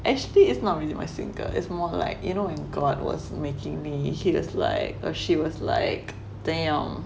actually is not really my 性格 is more like you know when god was making me he has like or she was like damn